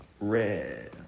Red